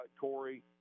Corey